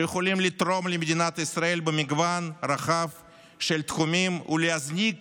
שיכולים לתרום למדינת ישראל במגוון רחב של תחומים ולהזניק